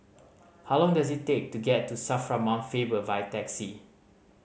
how long does it take to get to SAFRA Mount Faber by taxi